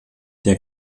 der